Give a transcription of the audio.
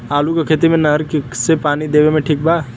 आलू के खेती मे नहर से पानी देवे मे ठीक बा?